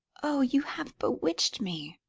oh, you have bewitched me!